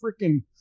freaking